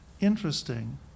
interesting